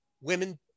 Women